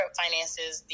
finances